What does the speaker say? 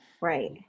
Right